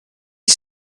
die